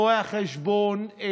רואי החשבון,